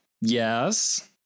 Yes